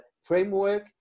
framework